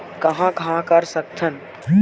कहां कहां कर सकथन?